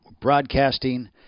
broadcasting